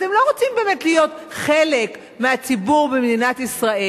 אתם לא רוצים באמת להיות חלק מהציבור במדינת ישראל.